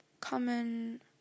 common